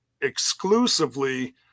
exclusively